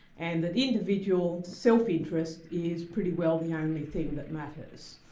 and that individual self-interest is pretty well the only thing that matters.